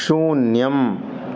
शून्यम्